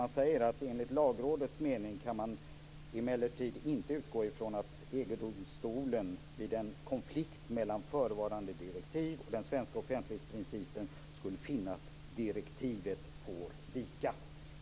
Man skriver: Enligt Lagrådets mening kan man emellertid inte utgå från att EG-domstolen vid en konflikt mellan förevarande direktiv och den svenska offentlighetsprincipen skulle finna att direktivet får vika.